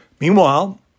Meanwhile